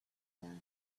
that